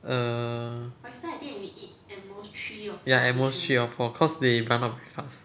err ya at most three or four cause they run out very fast